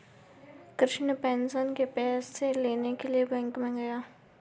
Krishna pension के पैसे लेने के लिए बैंक में गया